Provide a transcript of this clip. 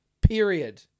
Period